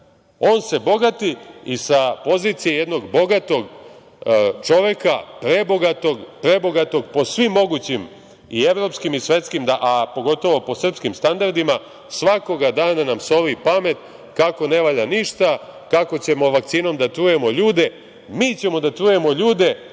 On se bogati i sa pozicije jednog bogatog čoveka, prebogatog, prebogatog po svim mogućim, i evropskim i svetskim, a pogotovo po srpskim standardima, svakoga dana nam soli pamet kako ne valja ništa, kako ćemo vakcinom da trujemo ljude. Mi ćemo da trujemo ljude,